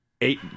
eight